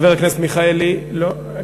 בינתיים.